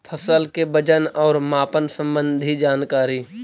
फसल के वजन और मापन संबंधी जनकारी?